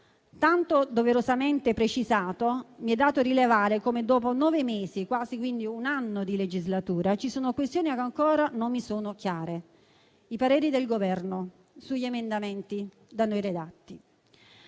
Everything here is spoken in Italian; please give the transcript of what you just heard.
Tanto doverosamente precisato, mi è dato rilevare come dopo nove mesi (quasi un anno di legislatura) ci sono questioni che ancora non mi sono chiare, come i pareri del Governo sugli emendamenti da noi redatti.